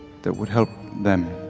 that would help them.